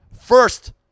First